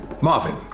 Marvin